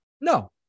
No